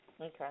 Okay